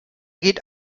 geht